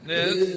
Yes